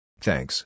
Thanks